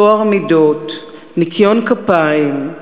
טוהר מידות, ניקיון כפיים,